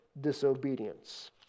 disobedience